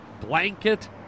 Blanket